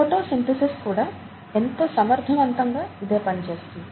photosynthesis కూడా ఎంతో సమర్థవంతంగా ఇదే పని చేస్తుంది